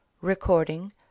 Recording